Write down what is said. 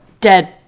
dead